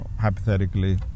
hypothetically